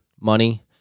money